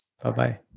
Bye-bye